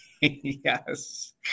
Yes